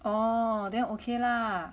oh then okay lah